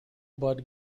bud